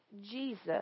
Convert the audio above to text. Jesus